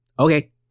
Okay